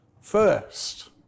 first